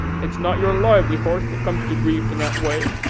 it's not your lively horse that comes to grief in that way.